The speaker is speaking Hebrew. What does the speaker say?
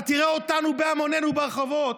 אתה תראה אותנו בהמונינו ברחובות.